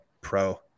Pro